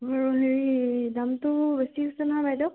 আৰু হেৰি দামটো বেছি হৈছে নহয় বাইদেউ